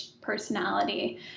personality